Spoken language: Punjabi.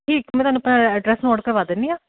ਠੀਕ ਮੈਂ ਤੁਹਾਨੂੰ ਆਪਣਾ ਐਡਰੈਸ ਨੋਟ ਕਰਵਾ ਦਿੰਨੀ ਆ